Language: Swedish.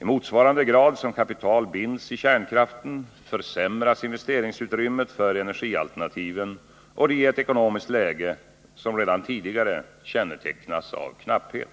I motsvarande grad som kapital binds i kärnkraften försämras investeringsutrymmet för energialternativen, och det i ett ekonomiskt läge som redan tidigare kännetecknas av knapphet.